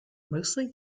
mostly